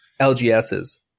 lgs's